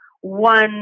one